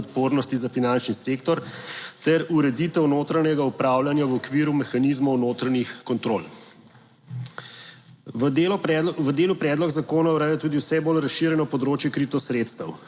odpornosti za finančni sektor ter ureditev notranjega upravljanja v okviru mehanizmov notranjih kontrol. V delu predlog zakona ureja tudi vse bolj razširjeno področje krito sredstev.